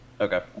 Okay